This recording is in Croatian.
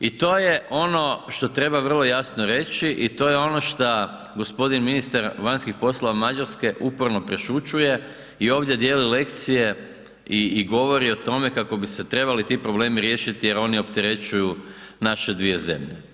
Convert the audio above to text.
I to je ono što treba vrlo jasno reći i to je ono šta gospodin ministar vanjskih poslova Mađarske uporno prešućuje i ovdje dijeli lekcije i govori o tome kako bi se trebali ti problemi riješiti jer oni opterećuju naše dvije zemlje.